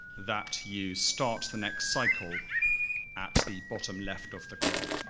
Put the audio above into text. that you start the next cycle at the bottom left of the graph?